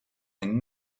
and